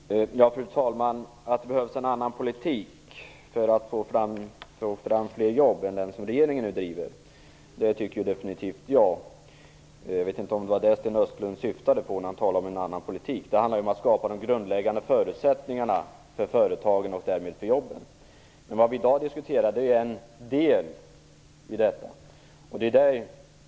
Fru talman! Jag tycker definitivt att det behövs en annan politik för att få fram fler jobb än den som regeringen nu driver. Jag vet inte om det var det Sten Östlund syftade på när han talade om en annan politik. Det handlar om att skapa de grundläggande förutsättningarna för företagen och därmed för jobben. Det vi i dag diskuterar är en del i detta.